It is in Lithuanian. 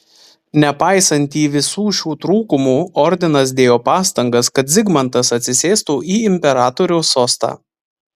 nepaisantį visų šių trūkumų ordinas dėjo pastangas kad zigmantas atsisėstų į imperatoriaus sostą